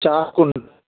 चार कुल